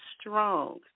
strong